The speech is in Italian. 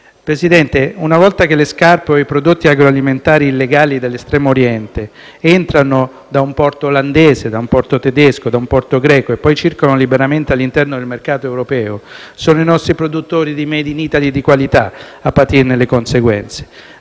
Presidente, una volta che le scarpe o i prodotti agroalimentari illegali dell'estremo Oriente entrano da un porto olandese, tedesco e greco e poi circolano liberamente all'interno del mercato europeo sono i nostri produttori di *made in Italy* di qualità a patirne le conseguenze.